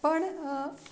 पण